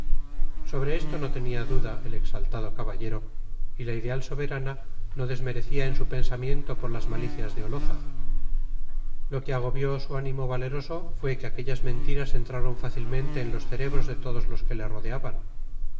sobre esto no tenía duda el exaltado caballero y la ideal soberana no desmerecía en su pensamiento por las malicias de olózaga lo que agobió su ánimo valeroso fue que aquellas mentiras entraron fácilmente en los cerebros de todos los que le rodeaban